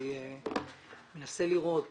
אני מנסה לראות